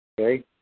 Okay